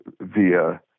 via